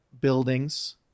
buildings